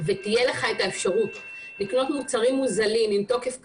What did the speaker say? ותהיה לך את האפשרות לקנות מוצרים מוזלים עם תוקף קצר,